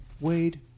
Wade